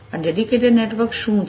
આ dedicate network શું છે